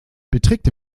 beträgt